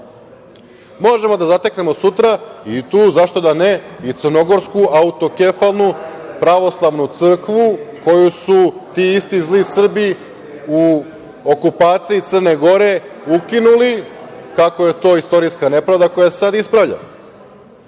poruke. Možemo da zateknemo sutra i tu, zašto da ne, crnogorsku autokefalnu pravoslavnu crkvu koju su tu isti zli Srbi u okupaciji Crne Gore ukinuli, kako je to istorijska nepravda koja se sada ispravlja.